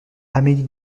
amélie